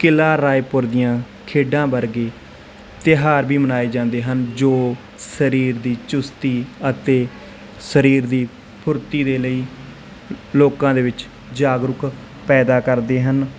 ਕਿਲ੍ਹਾ ਰਾਏਪੁਰ ਦੀਆਂ ਖੇਡਾਂ ਵਰਗੇ ਤਿਉਹਾਰ ਵੀ ਮਨਾਏ ਜਾਂਦੇ ਹਨ ਜੋ ਸਰੀਰ ਦੀ ਚੁਸਤੀ ਅਤੇ ਸਰੀਰ ਦੀ ਫੁਰਤੀ ਦੇ ਲਈ ਲੋਕਾਂ ਦੇ ਵਿੱਚ ਜਾਗਰੂਕ ਪੈਦਾ ਕਰਦੇ ਹਨ